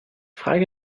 frage